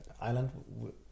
island